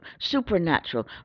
supernatural